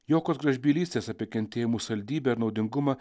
jokios gražbylystės apie kentėjimų saldybę ir naudingumą